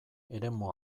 eremu